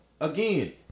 Again